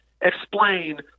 Explain